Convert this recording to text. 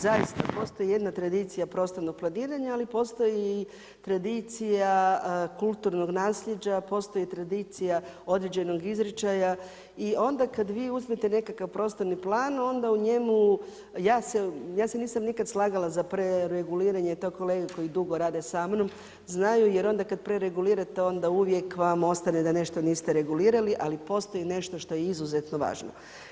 Zaista, postoji jedna tradicija prostornog planiranja ali postoji i tradicija kulturnog nasljeđa, postoji tradicija određenog izričaja i onda kad vi uzmete nekakav prostorni plan onda u njemu, ja se nisam nikad slagala za prereguliranje, to kolege koji dugo rade sa mnom znaju, jer onda kad preregulirate, onda uvijek vam ostane da nešto niste regulirali, ali postoji nešto što je izuzetno važno.